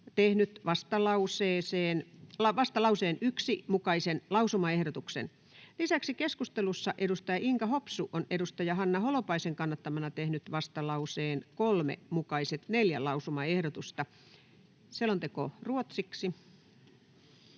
tehnyt vastalauseen 1 mukaisen lausumaehdotuksen. Lisäksi keskustelussa edustaja Inka Hopsu on edustaja Hanna Holopaisen kannattamana tehnyt vastalauseen 3 mukaiset neljä lausumaehdotusta. — Selonteko ruotsiksi.